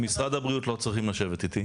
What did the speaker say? משרד הבריאות לא צריכים לשבת איתי.